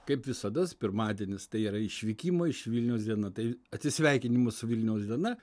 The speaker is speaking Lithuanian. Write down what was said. kaip visados pirmadienis tai yra išvykimo iš vilniaus diena tai atsisveikinimas su vilniaus diena